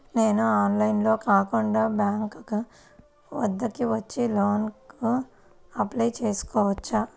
నేను ఆన్లైన్లో కాకుండా బ్యాంక్ వద్దకు వచ్చి లోన్ కు అప్లై చేసుకోవచ్చా?